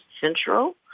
Central